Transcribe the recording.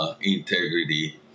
integrity